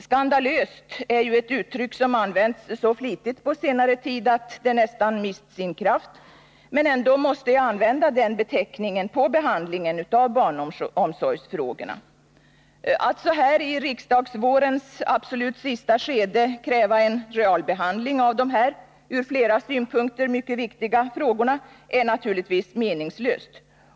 ”Skandalöst” är ett uttryck som har använts så flitigt på senare tid att det nästan har mist sin kraft, men ändå måste jag använda det på behandlingen av barnomsorgsfrågorna. Att så här i riksdagsvårens absolut sista skede kräva en realbehandling av dessa ur flera synpunkter mycket viktiga frågor är naturligtvis meningslöst.